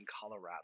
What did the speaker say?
Colorado